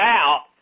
out